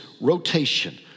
rotation